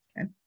okay